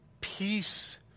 peace